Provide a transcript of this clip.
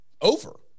over